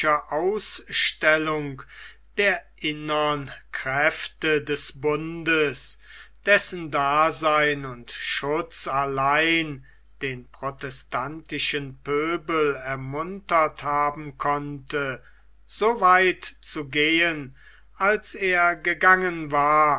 ausstellung der innern kräfte des bundes dessen dasein und schutz allein den protestantischen pöbel ermuntert haben konnte so weit zu gehen als er gegangen war